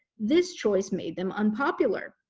this choice made them unpopular.